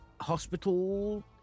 hospital